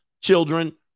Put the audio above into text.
children